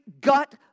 gut